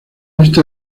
esta